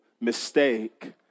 mistake